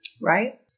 Right